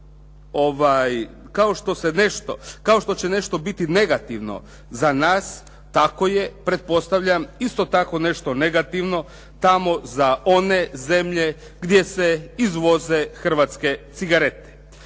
kao što će nešto biti negativno za nas tako je pretpostavljam isto tako nešto negativno tamo za one zemlje gdje se izvoze hrvatske cigarete.